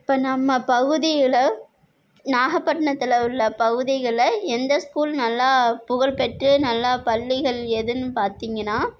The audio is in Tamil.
இப்போ நம்ம பகுதியில் நாகப்பட்டினத்தில் உள்ள பகுதிகளில் எந்த ஸ்கூல் நல்லா புகழ்பெற்று நல்லா பள்ளிகள் எதுன்னு பார்த்தீங்கன்னா